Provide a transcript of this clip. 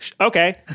Okay